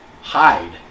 Hide